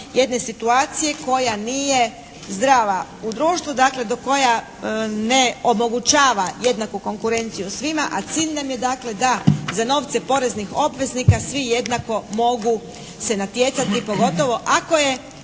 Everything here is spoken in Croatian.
jedne situacije koja nije zdrava u društvu, dakle koja ne omogućava jednaku konkurenciju svima, a cilj nam je dakle da za novce poreznih obveznika svi jednako se mogu natjecati pogotovo ako je